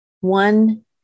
one